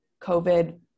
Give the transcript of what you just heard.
COVID